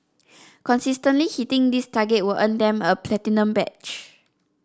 consistently hitting this target will earn them a platinum badge